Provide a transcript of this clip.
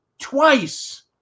twice